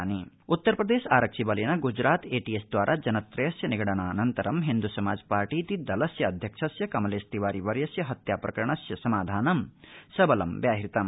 उत्तरप्रदेश हत्या उत्तरप्रदर्तआरक्षि बलर्मग्जरात एटीएस द्वारा जनत्रयस्य निगडनाननतरं हिन्दू समाज पार्टीति दलस्य अध्यक्षस्य कमलधितिवारी वर्यस्य हत्या प्रकरणस्य समाधान सबल व्याहतम